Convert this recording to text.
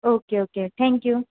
okay okay thank you